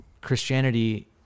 christianity